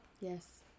Yes